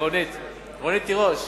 רונית תירוש,